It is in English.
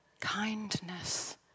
kindness